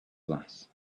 glass